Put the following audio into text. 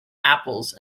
apples